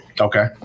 Okay